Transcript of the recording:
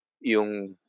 Yung